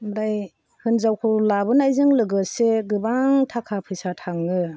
ओमफ्राय हिन्जावखौ लाबोनायजों लोगोसे गोबां थाखा फैसा थाङो